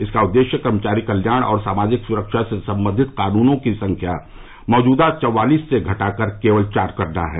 इसका उद्देश्य कर्मचारी कल्याण और सामाजिक सुरक्षा से संबंधित कानूनों की संख्या मौजूदा चौवालिस से घटाकर केवल चार करना है